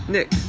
Nick